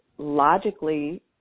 logically